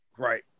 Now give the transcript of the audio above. Right